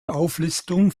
auflistung